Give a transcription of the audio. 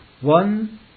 One